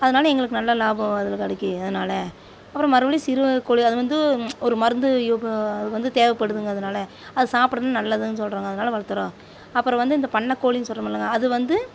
அதனால எங்களுக்கு நல்ல லாபம் அதில் கெடைக்கும் அதனால அப்புறம் மறுபடியும் சிறுவை கோழி அது வந்து ஒரு மருந்து யுக அது வந்து தேவைப்படுதுங்க அதனால அது சாப்பிட்றது நல்லதுன்னு சொல்கிறாங்க அதனால வளர்த்துறோம் அப்புறம் வந்து இந்த பண்ணை கோழின்னு சொல்றோமுல்லங்க அது வந்து